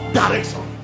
direction